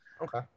Okay